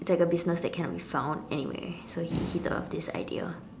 it's like a business that cannot be found anywhere so he he thought of this idea